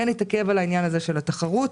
אתעכב על עניין התחרות.